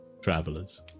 travelers